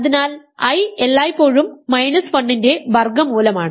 അതിനാൽ i എല്ലായ്പ്പോഴും minus 1 ന്റെ വർഗ്ഗമൂലമാണ്